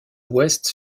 ouest